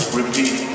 repeat